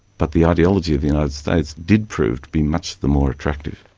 but the ideology of the united states did prove to be much the more attractive.